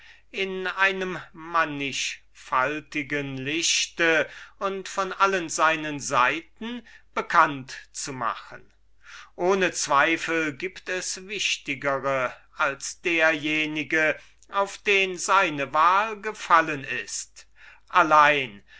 in einem manchfaltigen licht und von allen seinen seiten bekannt zu machen ohne zweifel gibt es wichtigere als derjenige auf den seine wahl gefallen ist allein